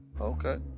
Okay